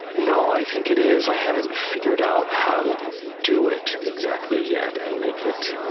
no, i think it is. i haven't figured out how to do it exactly yet and make it